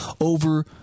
over